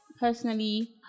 Personally